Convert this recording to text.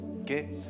Okay